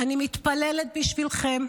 אני מתפללת בשבילכם,